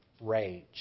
rage